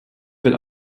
will